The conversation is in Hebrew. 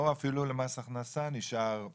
או אפילו במס הכנסה נשארה